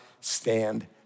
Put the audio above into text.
stand